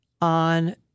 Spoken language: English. on